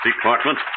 department